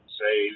say